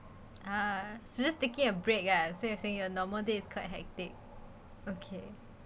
ah so just taking a break ya so you're saying your normal days quite hectic okay